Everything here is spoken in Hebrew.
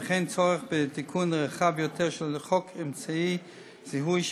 וכן צורך בתיקון רחב יותר של חוק אמצעי זיהוי,